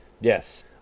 yes